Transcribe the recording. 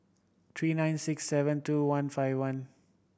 three nine six seven two one five one